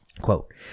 quote